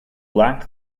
lacked